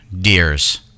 deers